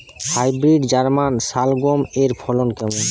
Hybrid German শালগম এর ফলন কেমন?